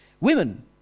Women